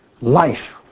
life